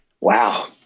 Wow